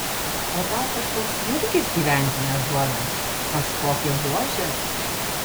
o tau kažkoks jurgis gyventi neduoda kažkokie buožės